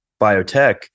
biotech